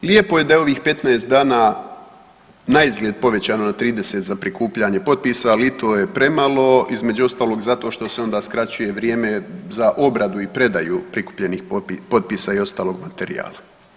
Lijepo je da je ovih 15 dana naizgled povećano na 30 za prikupljanje potpisa, al i to je premalo između ostalog zato jer se onda skraćuje vrijeme za obradu i predaju prikupljenih potpisa i ostalog materijala.